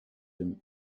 him